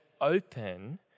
open